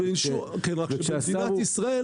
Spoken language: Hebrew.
במדינת ישראל,